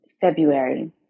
February